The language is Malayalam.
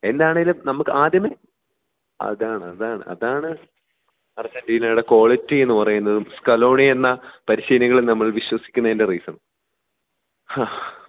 എന്താണെങ്കിലും നമുക്ക് ആദ്യമേ അതാണ് അതാണ് അതാണ് അർജൻ്റീനയുടെ ക്വാളിറ്റിയെന്ന് പറയുന്നതും സ്കലോണി എന്ന പരിശീലകനെ നമ്മൾ വിശ്വസിക്കുന്നതിൻ്റെ റീസണും ഹാ